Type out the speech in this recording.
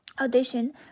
audition